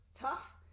tough